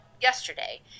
yesterday